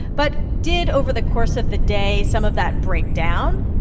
but did, over the course of the day, some of that break down?